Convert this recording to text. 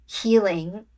healing